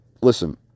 listen